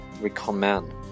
recommend